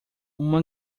uma